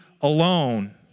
alone